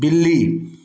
बिल्ली